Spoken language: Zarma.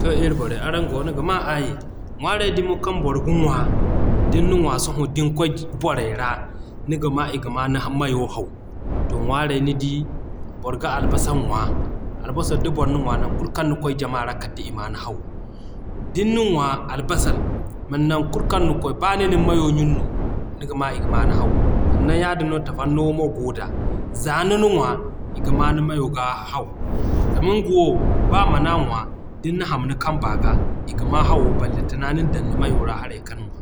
To ii borey araŋ goono ga maa aayi. Ŋwaaray dumo kaŋ boro ga ŋwa din na ŋwa sohõ din kwaay borey ra niga ma i ga maa ni mayo haw to ŋwaaray nidi: boro ga Albasan ŋwa. Albasan da boro na ŋwa non kulu kaŋ ni kwaay jama ra kala d'i maa ni hawo. Din na ŋwa Albasan non kulu kaŋ ni kwaay b'a ni nin mayo ɲunu no, niga ma i ga maa ni hawo. Sannan yaadin no Tafarnuwa mo goo da. Z'a nina ŋwa, i ga maa ni mayo ga hawo. Zama nga wo b'a mana ŋwa din na ham ni kamba ga i ga maa hawo balantana nina dan ni mayo ra haray kana ŋwa.